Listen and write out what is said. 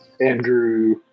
Andrew